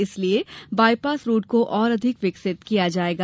इसलिये bypass road को और अधिक विकसित किया जायेगा